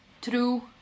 True